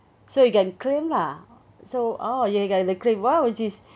so you can claim lah so oh you you going to claim !wow! which is